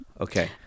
Okay